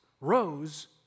rose